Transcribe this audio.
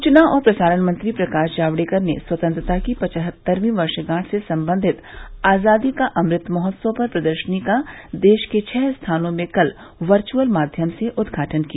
सूचना और प्रसारण मंत्री प्रकाश जावड़ेकर ने स्वतंत्रता की पचहत्तरवी वर्षगांठ से संबंधित आजादी का अमृत महोत्सव पर प्रदर्शनी का देश के छह स्थानों में कल वर्चअल माध्यम से उद्घाटन किया